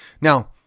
Now